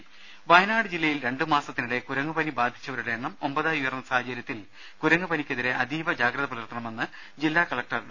ദരദ വയനാട് ജില്ലയിൽ രണ്ടു മാസത്തിനിടെ കുരങ്ങു പനി ബാധിച്ചവരുടെ എണ്ണം ഒമ്പതായി ഉയർന്ന സാഹചര്യത്തിൽ കുരങ്ങ് പനിക്കെതിരെ അതീവ ജാഗ്രത പുലർത്തണമെന്ന് ജില്ലാ കളക്ടർ ഡോ